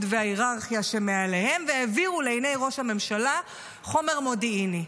וההיררכיה שמעליהם והעבירו לעיני ראש הממשלה חומר מודיעיני.